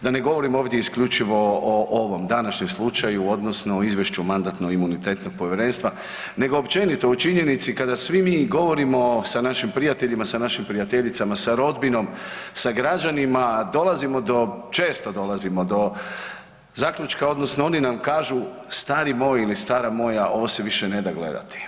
da ne govorim ovdje isključivo o ovom današnjem slučaju odnosno izvješću MIP-a nego općenito o činjenici kada svi mi govorimo sa našim prijateljima, sa našim prijateljicama, sa rodbinom, sa građanima, dolazimo do, često dolazimo do zaključka odnosno oni nam kažu stari moj ili stara moja ovo se više ne da gledati.